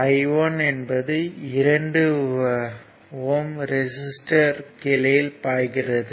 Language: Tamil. I1 என்பது 2 ஓம் ரெசிஸ்டர் கிளையில் பாய்கிறது